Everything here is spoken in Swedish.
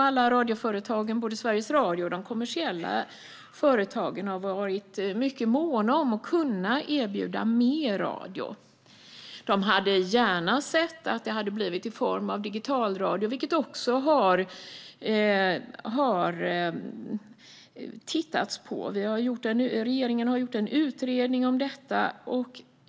Alla radioföretagen - både Sveriges Radio och de kommersiella företagen - har varit mycket måna om att kunna erbjuda mer radio. De hade gärna sett att det hade blivit i form av digitalradio, vilket man också har tittat på. Regeringen har gjort en utredning om detta.